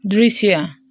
दृश्य